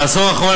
בעשור האחרון,